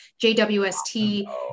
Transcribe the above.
JWST